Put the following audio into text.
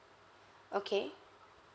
okay